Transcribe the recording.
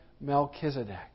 Melchizedek